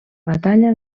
batalla